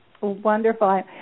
Wonderful